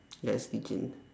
ya it's